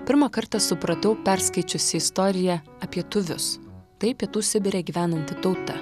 pirmą kartą supratau perskaičiusi istoriją apie tuvius tai pietų sibire gyvenanti tauta